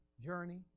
journey